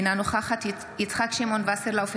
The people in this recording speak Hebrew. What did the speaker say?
אינה נוכחת יצחק שמעון וסרלאוף,